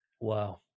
Wow